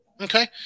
Okay